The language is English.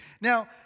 Now